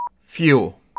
Fuel